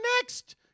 next